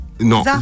Non